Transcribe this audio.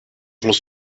musst